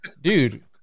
Dude